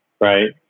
right